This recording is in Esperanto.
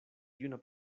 juna